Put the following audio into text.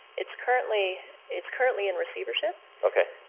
it's currently it's currently in receivership. okay.